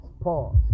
pause